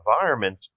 environment